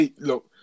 Look